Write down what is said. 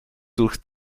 durch